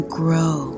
grow